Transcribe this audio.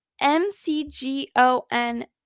M-C-G-O-N